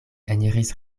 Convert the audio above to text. eniris